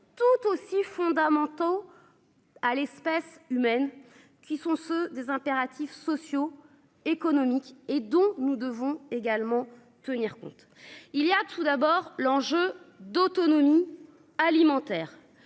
tout aussi fondamentaux. À l'espèce humaine qui sont ceux des impératifs socio-économiques et donc nous devons également tenir compte, il y a tout d'abord l'enjeu d'autonomie alimentaire.